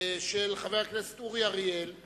של חבר הכנסת אורי אריאל בנושא: